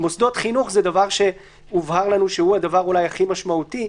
מוסדות חינוך זה דבר שהובהר לנו שהוא הדבר אולי הכי משמעותי.